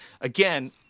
again